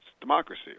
democracy